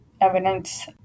evidence